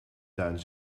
tuin